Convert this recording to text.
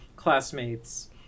classmates